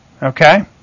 Okay